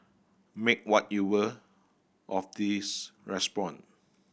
make what you will of this response